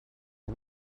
him